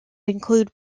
include